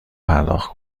پرداخت